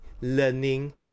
learning